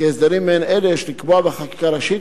הסדרים מעין אלה יש לקבוע בחקיקה ראשית,